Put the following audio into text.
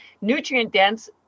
nutrient-dense